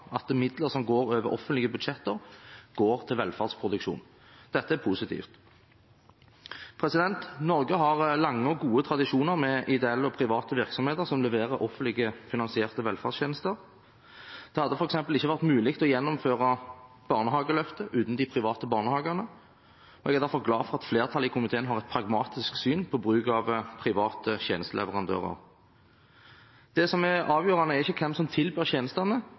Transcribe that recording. positivt. Norge har lange og gode tradisjoner med ideelle og private virksomheter som leverer offentlig finansierte velferdstjenester. Det hadde f.eks. ikke vært mulig å gjennomføre barnehageløftet uten de private barnehagene. Jeg er derfor glad for at flertallet i komiteen har et pragmatisk syn på bruk av private tjenesteleverandører. Det som er avgjørende, er ikke hvem som tilbyr tjenestene,